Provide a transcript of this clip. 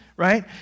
Right